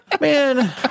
Man